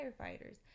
firefighters